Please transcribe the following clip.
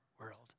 world